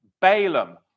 Balaam